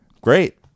Great